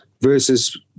versus